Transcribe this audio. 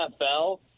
NFL